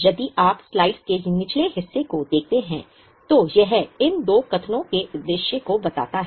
यदि आप स्लाइड के निचले हिस्से को देखते हैं तो यह इन दो कथनों के उद्देश्य को बताता है